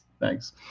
Thanks